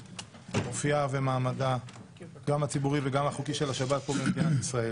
אופייה ומעמדה הציבורי והחוקי של השבת פה במדינת ישראל.